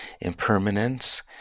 impermanence